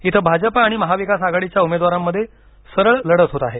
इथे भाजपा आणि महाविकास आघाडीच्या उमेदवारांमध्ये सरळ लढत होत आहे